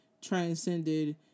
transcended